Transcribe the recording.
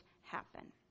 happen